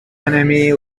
enemy